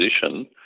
position